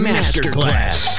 Masterclass